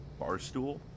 barstool